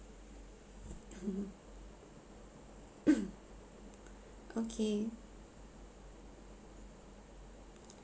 okay